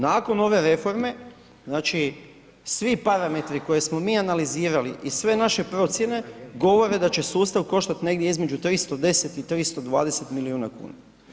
Nakon ove reforme, znači svi parametri koje smo mi analizirali i sve naše procjene, govore da će sustav koštat negdje između 310 i 320 milijuna kuna.